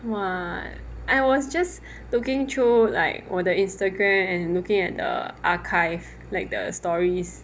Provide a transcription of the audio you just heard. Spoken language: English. !wah! I was just looking through like 我 the Instagram and looking at the archive like the stories